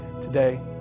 today